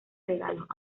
regalos